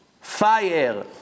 fire